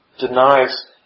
denies